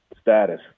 status